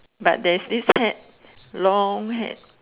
but there's this pair long head